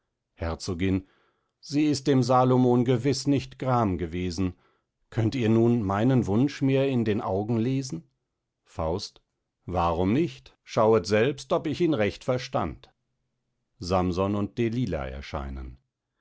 herzogin sie ist dem salomon gewiss nicht gram gewesen könnt ihr nun meinen wunsch mir in den augen lesen faust warum nicht schauet selbst ob ich ihn recht verstand samson und delila erscheinen